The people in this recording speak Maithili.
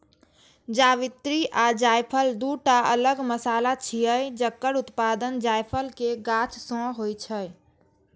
जावित्री आ जायफल, दूटा अलग मसाला छियै, जकर उत्पादन जायफल के गाछ सं होइ छै